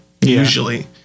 usually